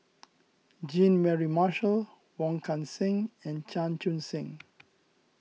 Jean Mary Marshall Wong Kan Seng and Chan Chun Sing